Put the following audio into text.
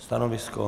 Stanovisko?